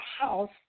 house